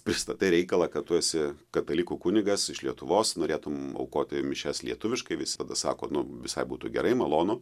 pristatai reikalą kad tu esi katalikų kunigas iš lietuvos norėtum aukoti mišias lietuviškai visi tada sako nu visai būtų gerai malonu